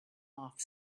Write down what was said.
off